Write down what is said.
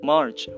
March